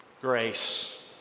grace